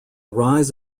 rise